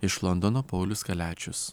iš londono paulius kaliačius